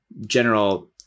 general